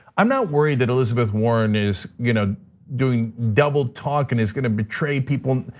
i'm not worried that elizabeth warren is you know doing doubletalk and is gonna betray people.